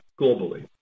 globally